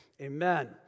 amen